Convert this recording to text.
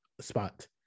spot